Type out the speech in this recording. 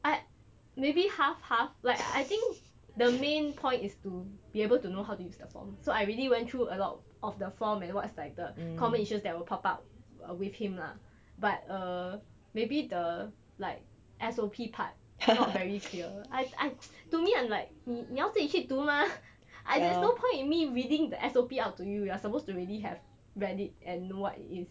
I maybe half half like I think the main point is to be able to know how to use the form so I really went through a lot of the form and what's like the common issues that will pop up with him lah but err maybe the like S_O_P part not very clear I I to me I'm like 你你要自己去读吗 I there's no point me reading the S_O_P out to you you are supposed to really have read it and know what is